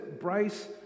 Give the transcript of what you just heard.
Bryce